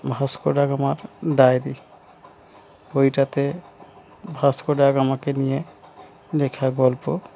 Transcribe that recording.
Vasco da গামর diary বইটাতে Vasco da গামাকে নিয়ে লেখা গল্প